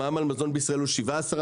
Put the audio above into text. המע"מ על מזון בישראל הוא 17%,